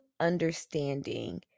understanding